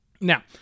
Now